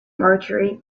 mercury